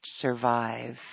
survive